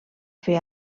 fer